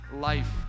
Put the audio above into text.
life